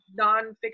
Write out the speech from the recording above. nonfiction